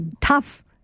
tough